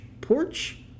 porch